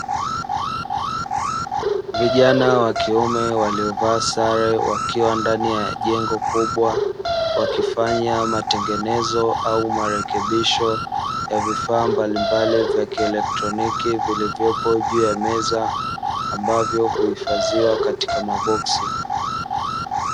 Vijana wa kiume waliovaa sare wakiwa ndani ya jengo kubwa wakifanya matengenezo au marekebisho ya vifaa mbalimbali vya kielektroniki vilivyopo juu ya meza ambavyo huifadhiwa katika maboksi.